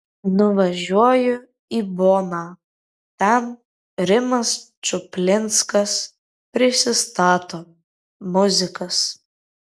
nuvažiuoju į boną ten rimas čuplinskas prisistato muzikas